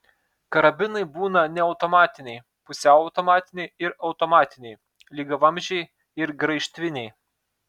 karabinai būna neautomatiniai pusiau automatiniai ir automatiniai lygiavamzdžiai ir graižtviniai